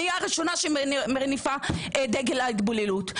אני הראשונה שמניפה את דגל ההתבוללות.